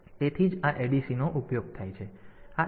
તેથી તેથી જ આ adc નો ઉપયોગ થાય છે